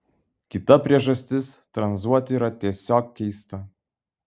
kita priežastis tranzuoti yra tiesiog keista